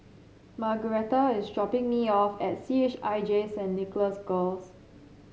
Margaretta is dropping me off at C H I J Saint Nicholas Girls